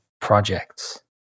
projects